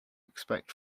expect